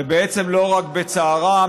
ובעצם לא רק בצערם,